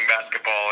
basketball